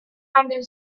and